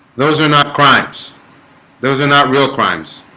those are not crimes those are not real crimes